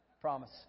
Promise